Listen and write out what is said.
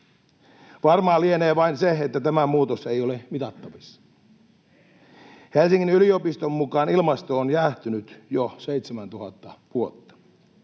Varmaa lienee vain se, että tämä muutos ei ole mitattavissa. Helsingin yliopiston mukaan ilmasto on jäähtynyt jo 7 000 vuotta,